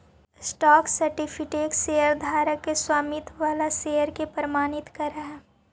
stock certificate शेयरधारक के स्वामित्व वाला शेयर के प्रमाणित करऽ हइ